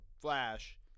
Flash